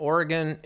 Oregon